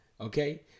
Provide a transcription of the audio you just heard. okay